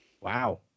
Wow